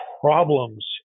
problems